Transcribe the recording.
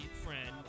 friend